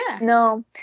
No